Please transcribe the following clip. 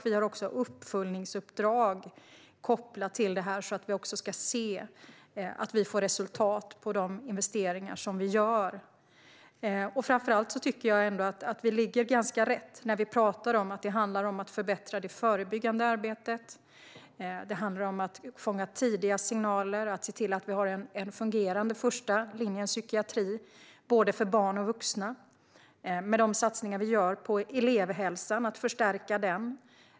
Vi har också uppföljningsuppdrag kopplat till det så att vi ska se att vi får resultat av de investeringar som vi gör. Framför allt ligger vi ändå ganska rätt när vi talar om att det handlar om att förbättra det förebyggande arbetet. Det handlar om att fånga tidiga signaler och se till att vi har en fungerande första linje i psykiatri för både barn och vuxna. Det är de satsningar vi gör på att förstärka elevhälsan.